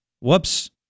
Whoops